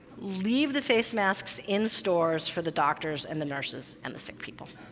leave the face masks in stores for the doctors and the nurses and the sick people.